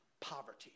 poverty